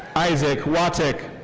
isaac watak.